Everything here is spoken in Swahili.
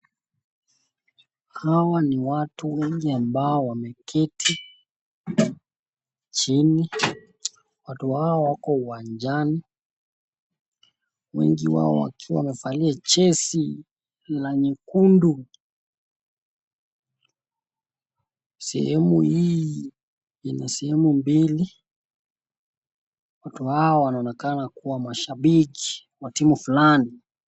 Hawa ni watu wengi ambao wameketi chini, watu hawa wako uwanjani wengi wao wakiwa wamevalia jersey la nyekundu sehemu hii ina sehemu mbili watu hawa wanaonekana kuwa mashabiki wa timu fulani.